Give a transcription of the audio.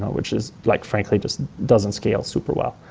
which is like frankly just doesn't scale super well.